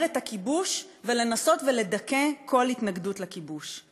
את הכיבוש ולנסות לדכא כל התנגדות לכיבוש.